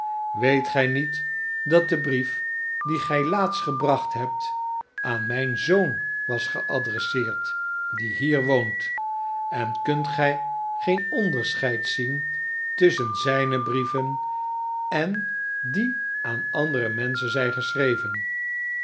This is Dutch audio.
weet gij niet dat de brief dien gij laatst gebracht hebt aan mijn zoon was geadresseerd die hier woont en kunt gij geen onderscheid zien tusschen zijne brieven en die aan andere menschen zijn geschreven